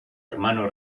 hermano